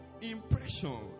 impression